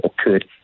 occurred